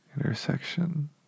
intersection